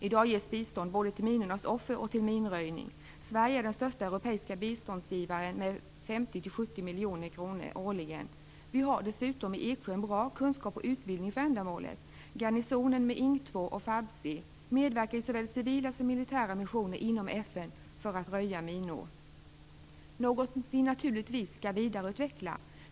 I dag ges bistånd både till minornas offer och till minröjning. Sverige är den största europeiska biståndsgivaren med 50-70 miljoner kronor årligen. Vi har dessutom i Eksjö en bra kunskap och utbildning för ändamålet. Garnisonen med Ing 2 och FarbC medverkar i såväl civila som militära missioner inom FN för att röja minor, något vi naturligtvis skall vidareutveckla.